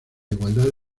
igualdad